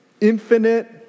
infinite